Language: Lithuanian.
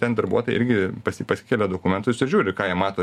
ten darbuotojai irgi pasikėlia dokumentus ir žiūri ką jie mato